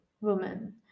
woman